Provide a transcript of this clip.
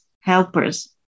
helpers